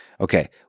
Okay